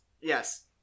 Yes